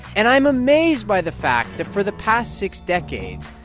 and i'm amazed by the fact that for the past six decades,